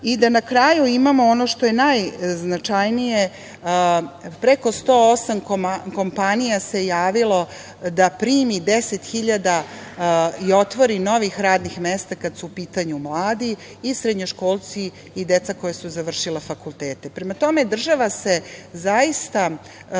i da na kraju imamo, ono što je najznačajnije, preko 108 kompanija se javilo da primi 10 hiljada i otvori novih radnih mesta kada su u pitanju mladi i srednjoškolci i deca koja su završila fakultete. Prema tome, država se zaista